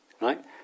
right